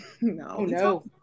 No